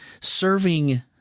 serving